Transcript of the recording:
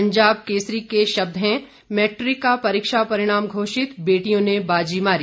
पंजाब केसरी के शब्द हैं मैट्रिक का परीक्षा परिणाम घोषित बेटियों ने बाजी मारी